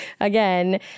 again